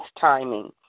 timing